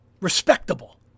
Respectable